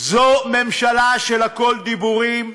זו ממשלה של הכול דיבורים,